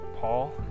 Paul